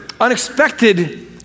unexpected